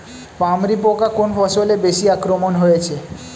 পামরি পোকা কোন ফসলে বেশি আক্রমণ হয়েছে?